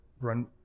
run